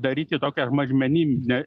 daryti tokią mažmeninę